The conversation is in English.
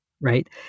right